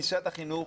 במשרד החינוך,